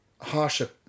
harsher